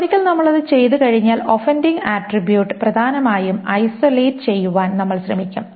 ഒരിക്കൽ നമ്മൾ അത് ചെയ്തുകഴിഞ്ഞാൽ ഒഫെൻഡിംഗ് ആട്രിബ്യൂട്ട് പ്രധാനമായും ഐസൊലേറ്റ് ചെയ്യുവാൻ നമ്മൾ ശ്രമിക്കും